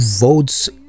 votes